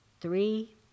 three